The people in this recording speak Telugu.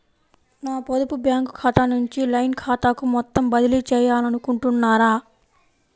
నా పొదుపు బ్యాంకు ఖాతా నుంచి లైన్ ఖాతాకు మొత్తం బదిలీ చేయాలనుకుంటున్నారా?